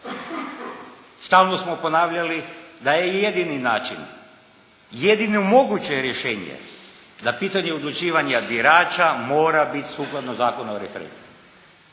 Stalno smo ponavljali da je i jedini način, jedino moguće rješenje da pitanje odlučivanja birača mora bit sukladno Zakonu o referendumu.